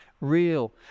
real